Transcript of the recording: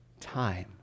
time